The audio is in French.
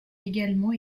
également